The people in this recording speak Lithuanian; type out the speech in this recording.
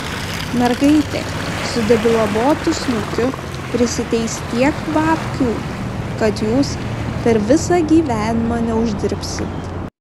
mergaitė su debilavotu snukiu prisiteis tiek babkių kad jūs per visą gyvenimą neuždirbsit